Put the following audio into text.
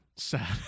sad